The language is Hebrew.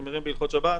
מחמירים בהלכות שבת